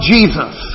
Jesus